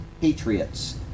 patriots